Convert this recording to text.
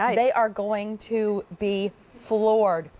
um they are going to be floored,